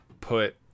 put